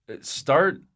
start